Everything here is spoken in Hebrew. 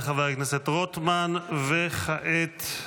למה שיפסיק להיות עורך דין כדי להפסיק לשלם את האגרות ואת התפקיד של